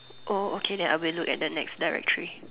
oh okay then I will look at the next directory